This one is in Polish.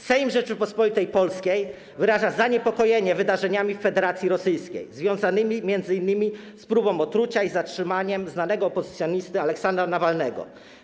Sejm Rzeczypospolitej Polskiej wyraża zaniepokojenie wydarzeniami w Federacji Rosyjskiej związanymi m.in. z próbą otrucia i zatrzymaniem znanego opozycjonisty Aleksandra Nawalnego.